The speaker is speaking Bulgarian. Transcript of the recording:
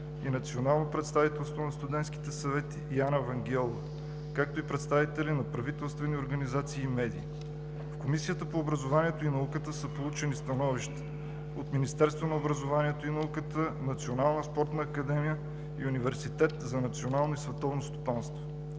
и Национално представителство на студентските съвети – Яна Вангелова, както и представители на неправителствени организации и медии. В Комисията по образованието и науката са получени становища от: Министерство на образованието и науката, Национална спортна академия и Университет за национално и световно стопанство.